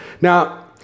Now